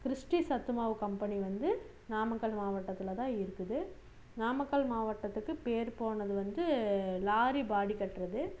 கிறிஸ்ட்டி சத்துமாவு கம்பெனி வந்து நாமக்கல் மாவட்டத்தில்தான் இருக்குது நாமக்கல் மாவட்டத்துக்கு பேர்போனது வந்து லாரி பாடி கட்டுறது